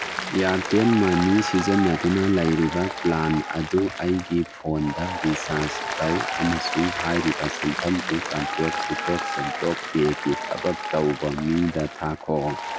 ꯏꯌꯥꯔꯇꯦꯟ ꯃꯅꯤ ꯁꯤꯖꯤꯟꯅꯗꯨꯅ ꯂꯩꯔꯤꯕ ꯄ꯭ꯂꯥꯟ ꯑꯗꯨ ꯑꯩꯒꯤ ꯐꯣꯟꯗ ꯔꯤꯆꯥꯔꯁ ꯇꯧ ꯑꯃꯁꯨꯡ ꯍꯥꯏꯔꯤꯕ ꯁꯦꯟꯐꯝꯗꯨ ꯀꯟꯇꯦꯛ ꯁꯤꯠꯇꯣꯛ ꯁꯦꯟꯇꯣꯛ ꯄꯦꯒꯤ ꯊꯕꯛ ꯇꯧꯕ ꯃꯤꯗ ꯊꯥꯈꯣ